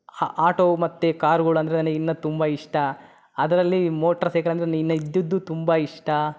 ಹ ಆಟೋ ಮತ್ತು ಕಾರುಗಳಂದ್ರೆ ನನಗ್ ಇನ್ನೂ ತುಂಬ ಇಷ್ಟ ಅದರಲ್ಲಿ ಮೋಟ್ರ್ ಸೈಕಲ್ ಅಂದರೆ ಇನ್ನೂ ಇದ್ದಿದ್ದೂ ತುಂಬ ಇಷ್ಟ